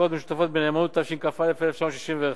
משותפת בנאמנות כמשמעותה בחוק להשקעות משותפות ובנאמנות,